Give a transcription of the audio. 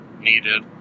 needed